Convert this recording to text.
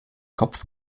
kopf